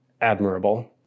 admirable